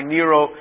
Nero